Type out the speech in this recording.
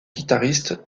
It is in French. guitariste